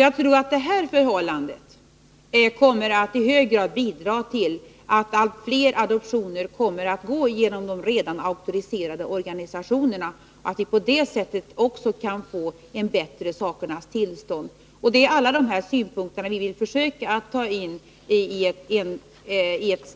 Jag tror att det förhållandet i hög grad skall bidra till att allt fler adoptioner kommer att gå genom de redan auktoriserade organisationerna och att vi på det sättet också kan få ett bättre sakernas tillstånd. Det är alla de här synpunkterna vi vill försöka ta in som